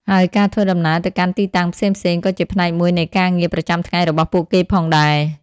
ហើយការធ្វើដំណើរទៅកាន់ទីតាំងផ្សេងៗក៏ជាផ្នែកមួយនៃការងារប្រចាំថ្ងៃរបស់ពួកគេផងដែរ។